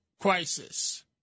crisis